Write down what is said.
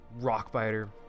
Rockbiter